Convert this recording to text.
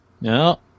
No